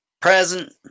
present